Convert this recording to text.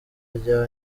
rya